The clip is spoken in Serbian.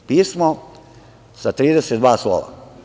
Pismo sa 32 slova.